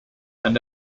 and